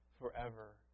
forever